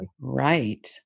Right